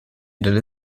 delle